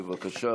בבקשה,